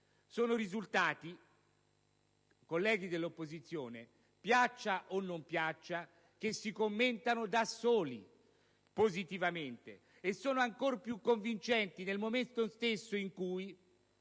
Sono risultati, colleghi dell'opposizione, piaccia o non piaccia, che si commentano positivamente da soli e sono ancor più convincenti nel momento stesso in cui